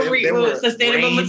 Sustainable